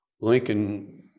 Lincoln